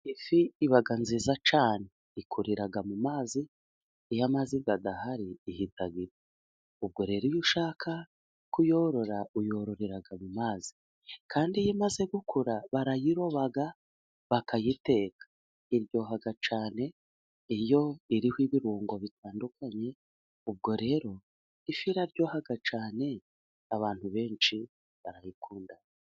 Ifi iba nziza cyane, ikorera mu mazi, iyo amazi adahari ihita ifpa. Ubwo rero iyo ushaka kuyorora uyorora mu mazi, kandi iyo imaze gukura barayiroba, bakayiteka, iryoha cyane iyo iriho ibirungo bitandukanye, ubwo rero ifi iraryoha cyane, abantu benshi barayikunda.